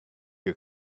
your